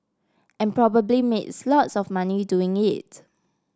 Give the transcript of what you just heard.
and probably made lots of money doing it